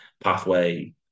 pathway